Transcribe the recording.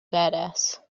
badass